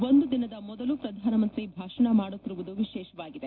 ಒಂದು ದಿನದ ಮೊದಲು ಪ್ರಧಾನಮಂತ್ರಿ ಭಾಷಣ ಮಾಡುತ್ತಿರುವುದು ವಿಶೇಷವಾಗಿದೆ